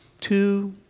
two